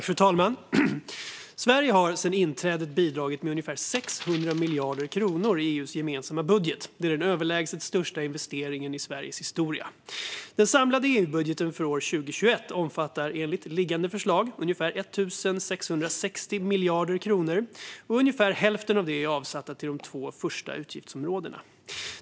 Fru talman! Sverige har sedan inträdet bidragit med ungefär 600 miljarder kronor till EU:s gemensamma budget. Det är den överlägset största investeringen i Sveriges historia. Den samlade EU-budgeten för år 2021 omfattar enligt föreliggande förslag ungefär 1 660 miljarder kronor, och ungefär hälften av detta är avsatt till de två första utgiftsområdena.